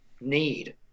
need